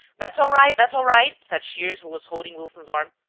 that's all right, that's all right, said shears, who was holding wilson's arm.